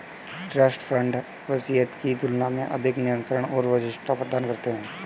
trust fund वसीयत की तुलना में अधिक नियंत्रण और विशिष्टता प्रदान करते हैं